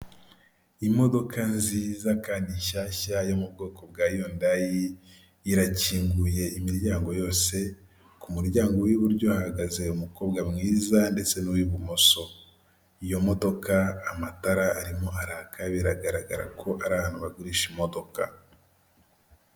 Imodoka nziza kandi nshyashya yo mu bwoko bwa Yundayi irakinguye imiryango yose, ku muryango w'iburyo hahagaze umukobwa mwiza ndetse n'uw'ibumoso, iyo modoka amatara arimo araka biragaragara ko ari abantu bagurisha imodoka.